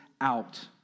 out